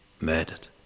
murdered